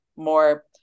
more